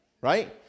right